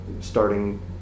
starting